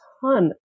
ton